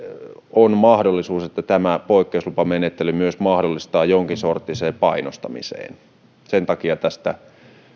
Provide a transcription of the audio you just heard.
on mahdollisuus että tämä poikkeuslupamenettely myös mahdollistaa jonkinsorttisen painostamisen sen takia tästä